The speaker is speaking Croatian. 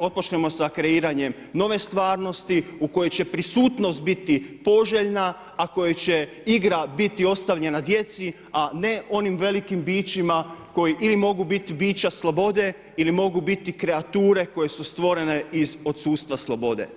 otpočnemo sa kreiranjem nove stvarnosti u kojoj će prisutnost biti poželjna, a kojoj će igra biti ostavljena djeci, a ne onim velikim bićima koji ili mogu biti bića slobode ili mogu biti kreature koje su stvorene iz odsustva slobode.